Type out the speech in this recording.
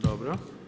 Dobro.